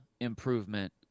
improvement